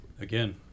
Again